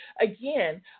again